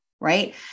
right